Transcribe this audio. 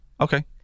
Okay